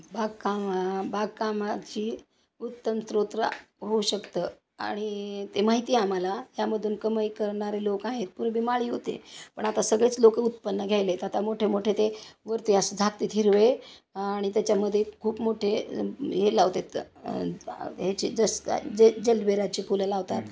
बागकाम बागकामाची उत्तम स्रोत होऊ शकतं आणि ते माहिती आहे आम्हाला यामधून कमाई करणारे लोक आहेत पूर्वी माळी होते पण आता सगळेच लोकं उत्पन्न घ्यायलेत आता मोठे मोठे ते वरती असं झाकतात हिरवे आणि त्याच्यामध्ये खूप मोठे हे लावतात ह्याचे जसका जे जलबेराचे फुलं लावतात